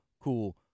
cool